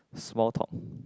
small talk